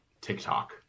TikTok